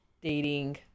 dating